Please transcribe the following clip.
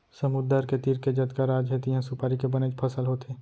समुद्दर के तीर के जतका राज हे तिहॉं सुपारी के बनेच फसल होथे